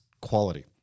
quality